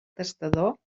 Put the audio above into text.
testador